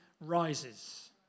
rises